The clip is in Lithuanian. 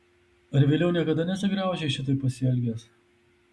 ar vėliau niekada nesigraužei šitaip pasielgęs